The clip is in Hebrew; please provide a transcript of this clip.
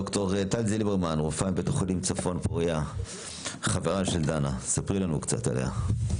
ד"ר טל זילברמן בית חולים פוריה חברה של דנה ספרי לנו קצת עליה.